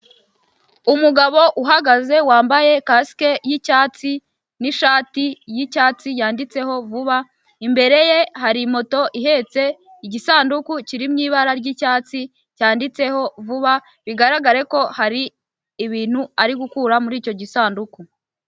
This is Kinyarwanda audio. Umugabo uhagaze wambaye kasike y'icyatsi n'ishati y'icyatsi yanditseho vuba, imbere ye hari moto ihetse igisanduku kiri mu ibara ry'icyatsi cyanditseho vuba, bigaragare ko hari ibintu ari gukura muri icyo gisanduku.